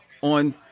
On